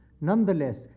nonetheless